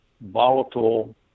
volatile